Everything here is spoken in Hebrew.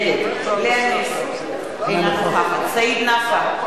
נגד לאה נס, אינה נוכחת סעיד נפאע,